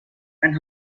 and